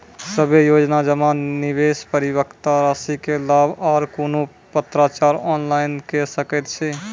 सभे योजना जमा, निवेश, परिपक्वता रासि के लाभ आर कुनू पत्राचार ऑनलाइन के सकैत छी?